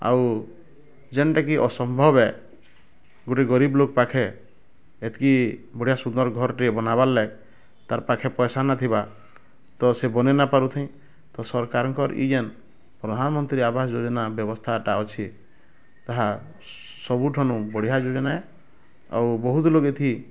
ଆଉ ଯେନ୍ ଟା କି ଅସମ୍ଭବ ହେ ଗୁଟେ ଗରିବ ଲୋକ ପାଖେ ଏତିକି ବଢ଼ିଆ ସୁନ୍ଦର ଘର୍ ଟିଏ ବନବାର ଲାଗି ତାର୍ ପାଖେ ପଇସା ନଥିବା ତ ସେ ବନେଇ ନ ପାରୁ ଥିଉଁ ତ ସରକାରଙ୍କର୍ ଇ ଯେନ୍ ପ୍ରଧାନ ମନ୍ତ୍ରୀ ଆବାସ ଯୋଜନା ବ୍ୟବସ୍ତା ଟା ଅଛି ତାହା ସବୁଠାନୁଁ ବଢ଼ିଆ ଯୋଜନା ଆଉ ବହୁତ ଲୋକ ଏଥି